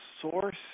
source